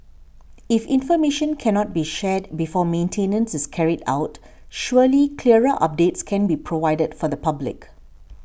if information can not be shared before maintenance is carried out surely clearer updates can be provided for the public